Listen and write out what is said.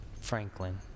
Franklin